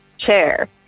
chair